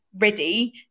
ready